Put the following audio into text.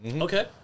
Okay